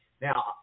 Now